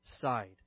side